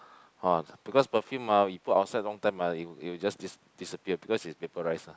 uh because perfume ah you put outside long time ah it'll it'll just dis~ disappear because it's vaporise ah